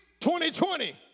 2020